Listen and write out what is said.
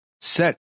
set